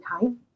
time